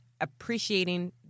appreciating